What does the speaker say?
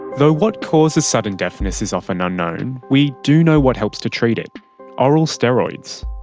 though what causes sudden deafness is often unknown, we do know what helps to treat it oral steroids.